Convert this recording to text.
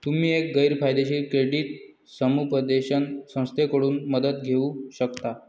तुम्ही एक गैर फायदेशीर क्रेडिट समुपदेशन संस्थेकडून मदत घेऊ शकता